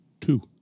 Two